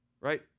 right